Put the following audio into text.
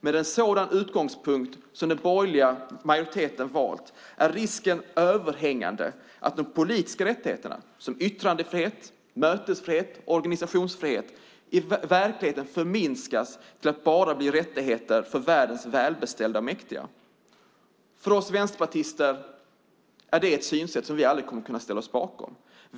Med en sådan utgångspunkt som den borgerliga majoriteten har valt är risken överhängande för att politiska rättigheter som yttrandefrihet, mötesfrihet och organisationsfrihet i realiteten förminskas till att bara vara rättigheter för världens välbeställda och mäktiga. För oss vänsterpartister är det ett synsätt som vi aldrig kan ställa oss bakom.